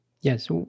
yes